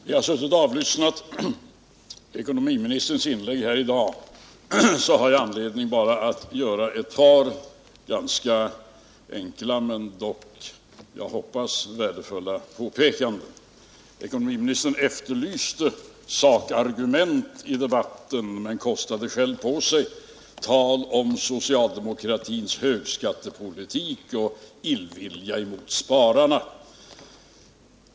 Herr talman! Sedan jag suttit och avlyssnat ekonomiministerns inlägg här i dag har jag funnit anledning att enbart göra ett par ganska enkla men dock - hoppas jag — värdefulla påpekanden. Ekonomiministern efterlyste sakargument i debatten men kostade själv på sig att tala om socialdemokratins högskattepolitik och illvilja mot spararna.